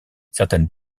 certaines